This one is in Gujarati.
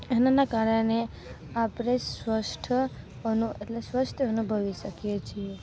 એનાં કારણે આપણે સ્વસ્થ એટલે સ્વસ્થ અનુભવી શકીએ છીએ